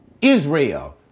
Israel